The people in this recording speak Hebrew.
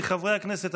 חברי הכנסת,